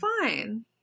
fine